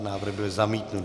Návrh byl zamítnut.